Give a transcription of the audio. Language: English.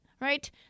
right